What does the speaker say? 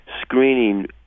screening